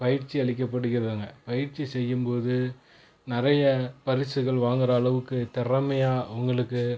பயிற்சியளிக்கப்படுகிறாங்க பயிற்சி செய்யும் போது நிறைய பரிசுகள் வாங்கிற அளவுக்கு திறமையாக அவங்களுக்கு